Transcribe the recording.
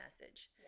message